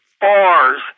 bars